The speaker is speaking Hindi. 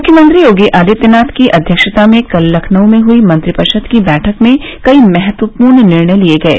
मुख्यमंत्री योगी आदित्यनाथ की अव्यक्षता में कल लखनऊ में हुई मंत्रिपरिषद की बैठक में कई महत्वपूर्ण निर्णय लिये गये